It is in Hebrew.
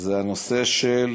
זה הנושא של